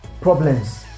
problems